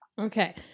Okay